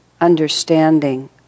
understanding